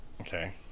Okay